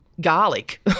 garlic